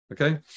okay